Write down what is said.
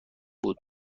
بود